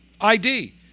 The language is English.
ID